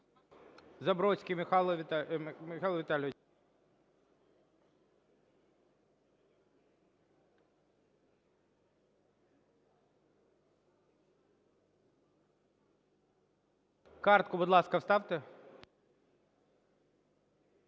Забродський Михайло Віталійович. Картку, будь ласка, вставте.